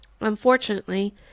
unfortunately